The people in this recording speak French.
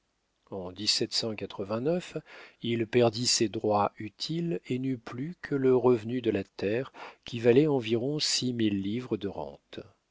il perdit ses droits utiles et n'eut plus que le revenu de la terre qui valait environ six mille livres de rente